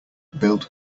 build